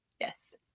yes